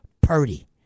Purdy